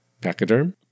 Pachyderm